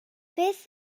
beth